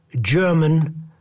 German